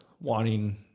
wanting